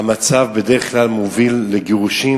בדרך כלל המצב מוביל לגירושין,